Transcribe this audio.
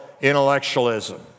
intellectualism